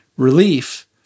Relief